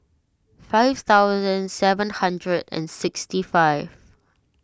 five thousand seven hundred and sixty five